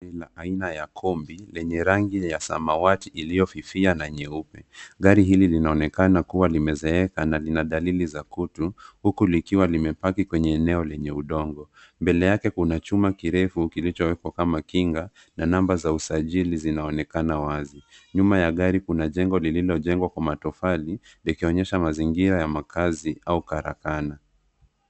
Gari aina ya kompi lenye rangi ya samawati iliyo fifia na nyeupe. Gari hili linaonekana kuwa limezeka na lina dalili za kutu, huku likiwa limepaki kwenye eneo lenye udongo. Mbele yake kuna chuma kirefu kilichowekwa kama kinga na namba za usajili zinaonekana wazi. Nyuma ya gari kuna jengo lililojengwa kwa matofali, likionyesha mazingira ya makazi au karakana.